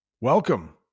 Welcome